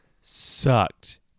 sucked